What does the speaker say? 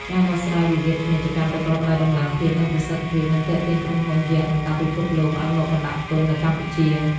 ការដោះស្រាយវិវាទពាណិជ្ជកម្មប្រកបដោយតម្លាភាព និងប្រសិទ្ធភាព នឹងទាក់ទាញក្រុមហ៊ុនយក្សលំដាប់ពិភពលោកឱ្យមកបណ្ដាក់ទុននៅកម្ពុជា។